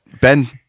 Ben